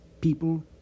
people